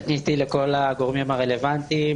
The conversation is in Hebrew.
פניתי לכל הגורמים הרלוונטיים.